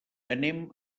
anem